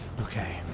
Okay